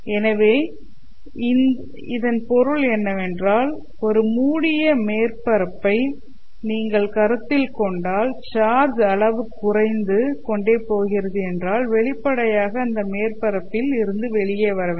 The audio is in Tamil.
எனவே இதன் பொருள் என்னவென்றால் ஒரு மூடிய மேற்பரப்பை நீங்கள் கருத்தில் கொண்டால் சார்ஜ் அளவு குறைந்து கொண்டே போகிறது என்றால் வெளிப்படையாக அந்த மேற்பரப்பில் இருந்து வெளியே வர வேண்டும்